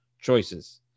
choices